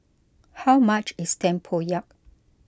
how much is tempoyak